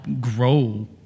grow